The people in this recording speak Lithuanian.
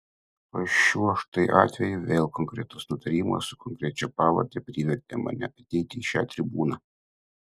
o šiuo štai atveju vėl konkretus nutarimas su konkrečia pavarde privertė mane ateiti į šią tribūną